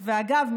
ואגב,